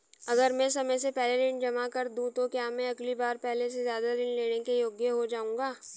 अगर मैं समय से पहले ऋण जमा कर दूं तो क्या मैं अगली बार पहले से ज़्यादा ऋण लेने के योग्य हो जाऊँगा?